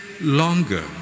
longer